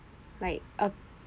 like a